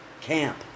camp